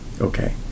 Okay